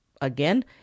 Again